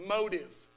motive